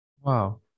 wow